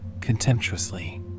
contemptuously